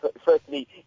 firstly